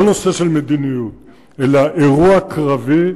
לא נושא של מדיניות אלא אירוע קרבי,